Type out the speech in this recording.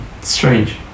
strange